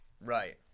Right